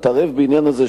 התערב בעניין הזה,